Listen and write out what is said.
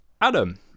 Adam